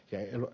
kehno